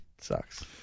sucks